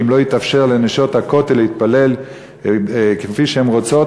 שאם לא יתאפשר ל"נשות הכותל" להתפלל כפי שהן רוצות,